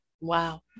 wow